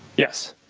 yes.